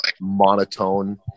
monotone